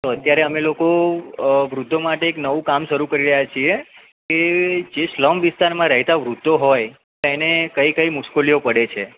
તો અત્યારે અમે લોકો વૃદ્ધો માટે એક નવું કામ શરૂ કરી રહ્યા છીએ એ જેમ સ્લમ વિસ્તારમાં રહેતાં વૃદ્ધો હોય એને કઈ કઈ મુશ્કેલીઓ પડે છે